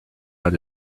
out